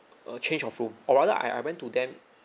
a change of room or rather I I went to them